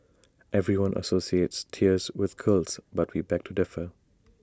everyone associates tears with girls but we beg to differ